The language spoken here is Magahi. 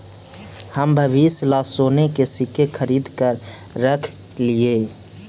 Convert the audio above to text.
हम भविष्य ला सोने के सिक्के खरीद कर रख लिए